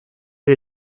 del